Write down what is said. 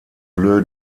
bleu